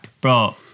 Bro